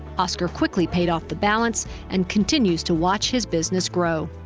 oscar quickly paid off the balance and continues to watch his business grow.